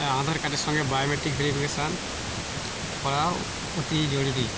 হ্যাঁ আধার কার্ডের সঙ্গে বায়োমেট্রিক ভেরিফিকেশান করা অতি জরুরি